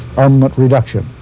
um but reduction.